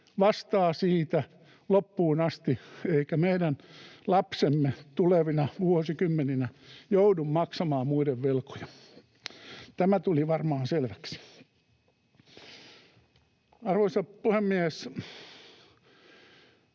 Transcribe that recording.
vastaa siitä loppuun asti, eivätkä meidän lapsemme tulevina vuosikymmeninä joudu maksamaan muiden velkoja. — Tämä tuli varmaan selväksi. Arvoisa puhemies!